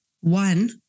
One